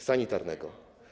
sanitarnego.